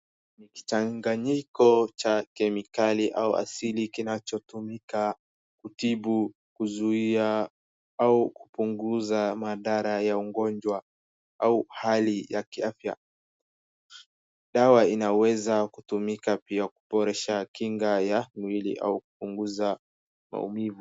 Ni kichanganyiko cha kemikali au asidi kinachotumika kutibu, kuzuia au kupunguza madhara ya ugonjwa au hali ya kiafya. Dawa inaweza kutumika pia kuboresha kinga ya mwili au kupunguza maumivu.